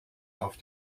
auf